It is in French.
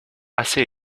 assez